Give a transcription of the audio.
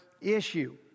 issue